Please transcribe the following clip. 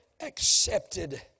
accepted